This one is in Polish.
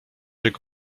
jego